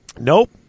Nope